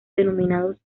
denominados